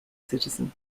citizen